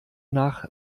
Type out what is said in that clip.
nach